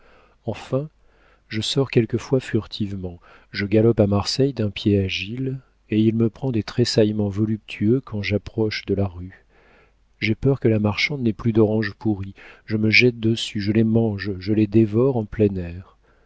enfin je sors quelquefois furtivement je galope à marseille d'un pied agile et il me prend des tressaillements voluptueux quand j'approche de la rue j'ai peur que la marchande n'ait plus d'oranges pourries je me jette dessus je les mange je les dévore en plein air